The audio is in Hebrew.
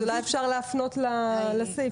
אולי אפשר להפנות לסעיף?